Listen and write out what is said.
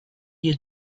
you